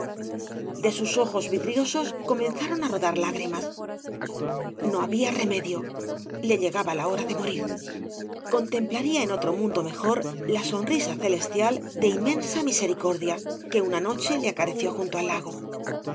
da sus ojos vidrioaos comenzaron á rodar lágrímae no había remedio le llegaba la hora de morir contemplaría en otro mundo mejor la sonrisa ceieetíal de inrüensa misericordia que una noche le acarició junto al lago